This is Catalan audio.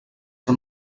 que